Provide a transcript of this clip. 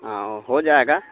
ہاں ہو جائے گا